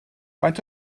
faint